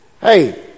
Hey